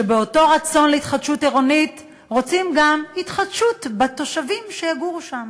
שבאתו רצון להתחדשות עירונית רוצים גם התחדשות בתושבים שיגורו שם.